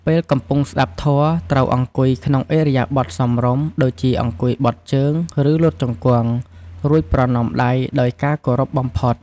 ពេលកំពុងស្តាប់ធម៌ ត្រូវអង្គុយក្នុងឥរិយាបថសមរម្យ ដូចជាអង្គុយបត់ជើង ឬលុតជង្គង់ រួចប្រណម្យដៃដោយការគោរពបំផុត។